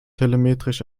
telemetrisch